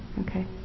Okay